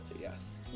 yes